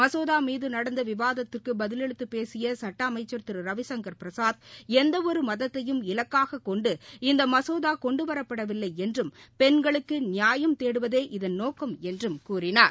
மசோதா மீது நடந்த விவாதத்துக்கு பதிலளித்து பேசிய சுட்ட அமைச்சர் திரு ரவிசங்கள் பிரசாத் எந்த ஒரு மதத்தையும் இலக்காகக் கொண்டு இந்த மசோதா கொண்டுவரப்படவில்லை என்றும் பெண்களுக்கு நியாயம் தேடுவதே இதன் நோக்கம் என்றும் கூறினார்